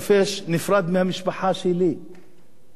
ארבע וחצי שעות נסיעה ועוד ארבע וחצי שעות חזרה,